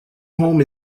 home